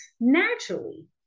naturally